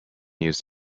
used